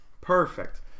Perfect